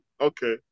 Okay